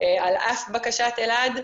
על אף בקשת אלעד,